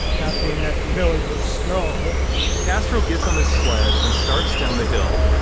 not being that familiar with snow castro gets on the sled and starts down the hill.